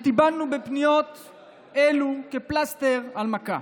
טיפלנו בפניות אלו כפלסטר על מכה.